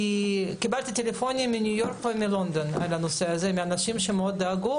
קיבלתי טלפונים גם מניו יורק ומלונדון על הנושא הזה מאנשים שדאגו מאוד